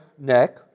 neck